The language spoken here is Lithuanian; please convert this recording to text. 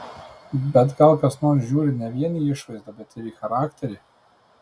bet gal kas nors žiūri ne vien į išvaizdą bet ir į charakterį